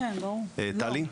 טלי.